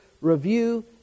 review